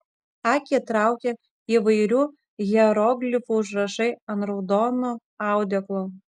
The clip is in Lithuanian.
akį traukia įvairių hieroglifų užrašai ant raudono audeklo